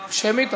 שמית.